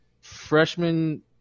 freshman